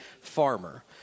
farmer